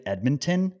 Edmonton